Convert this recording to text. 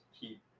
keep